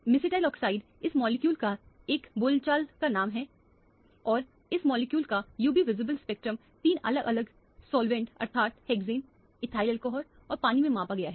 mesityl oxide इस molecule का एक बोलचाल का नाम है और इस मॉलिक्यूल का UV विजिबल स्पेक्ट्रम तीन अलग अलग सॉल्वेंट अर्थात् हेक्सेन एथिल अल्कोहलऔर पानी में मापा गया है